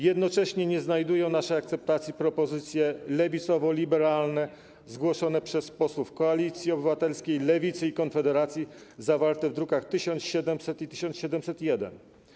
Jednocześnie nie znajdują naszej akceptacji propozycje lewicowo-liberalne zgłoszone przez posłów Koalicji Obywatelskiej, Lewicy i Konfederacji, zawarte w drukach nr 1700 i 1701.